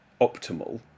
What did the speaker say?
optimal